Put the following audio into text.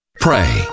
Pray